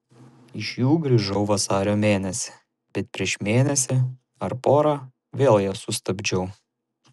iš jų grįžau vasario mėnesį bet prieš mėnesį ar porą vėl jas sustabdžiau